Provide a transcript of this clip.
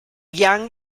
yang